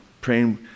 praying